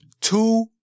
Two